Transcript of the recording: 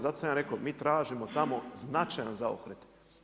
Zato sam ja rekao mi tražimo tamo značajan zaokret.